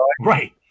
right